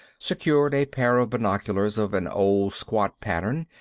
secured a pair of binoculars of an old, squat pattern,